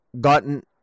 gotten